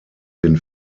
den